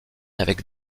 avec